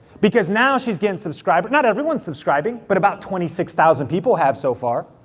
because now she's getting subscribers, not everyone's subscribing, but about twenty six thousand people have so far.